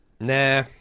nah